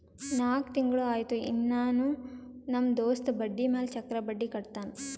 ನಾಕ್ ತಿಂಗುಳ ಆಯ್ತು ಇನ್ನಾನೂ ನಮ್ ದೋಸ್ತ ಬಡ್ಡಿ ಮ್ಯಾಲ ಚಕ್ರ ಬಡ್ಡಿ ಕಟ್ಟತಾನ್